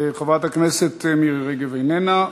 חברת הכנסת מירי רגב, איננה.